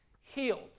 healed